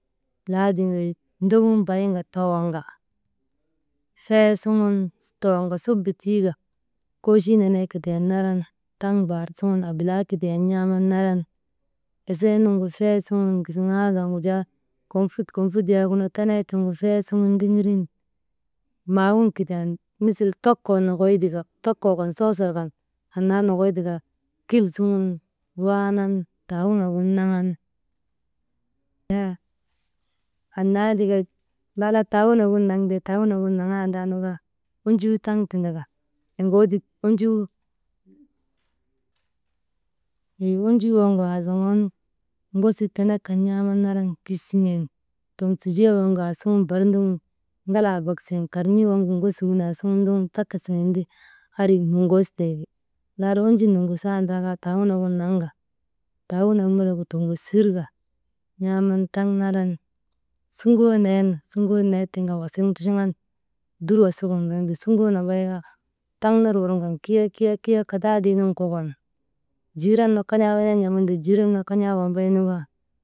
Laatiŋ wey ndogun bayin ka toŋonka fee suŋ toŋon ka subu tii ka kochii nenee kidiyan naŋan taŋ baar suŋun abilaa tika n̰aaman naran esee nuŋgu fee suŋun gisiŋaa kan wujaa, konfut, konfut yaagunu tenee tiŋgu fee suŋun ndiŋirin maawun kidiyan misil tokoo nokoy tika, tokoo kan, soosol kan, annaa nokoy tika kil suŋun waanan taawunagin naŋan, annaa tika laala taawunak gin naŋte, taawunagin naŋaandaanu kaa onjuu taŋ tindaka oŋoodik, onjuu, wey onjuu waŋgu aazoŋoonu ŋosik tenek kan n̰aaman naran kich siŋen tomsijee waagunuŋu aasuŋun bar ndogun ŋalaa bak siŋen karn̰isi waŋgu ŋosigin aasuŋun ndogun takka siŋen ti, andri noŋostee ti. Laala onjun noŋosandaa kaa taawunak gin naŋka, taawunak melegu toŋgosirka, n̰aaman taŋ naran, suŋoo neenu suŋoo nee tiŋ kan wasik nduchuŋan, dur wasik gin ndoŋte, sunŋoo nambay kaa taŋ ner wurŋan kiya, kiya, kiya kadaadii nun kokon jiiran nu kan̰aa wenen n̰amu te jiran nu kan̰aa wambay kaa.